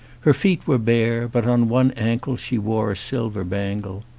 her feet were bare, but on one ankle she wore a silver bangle.